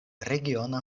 regiona